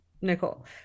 Nicole